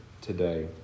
today